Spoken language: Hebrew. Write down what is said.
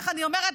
איך אני אומרת,